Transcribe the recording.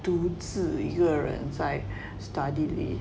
独自一个人在 study 里